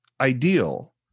ideal